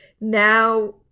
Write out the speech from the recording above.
now